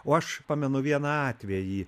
o aš pamenu vieną atvejį